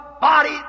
body